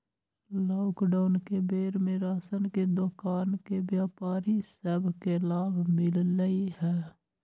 lockdown के बेर में राशन के दोकान के व्यापारि सभ के लाभ मिललइ ह